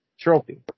trophy